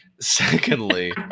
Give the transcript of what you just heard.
Secondly